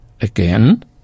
Again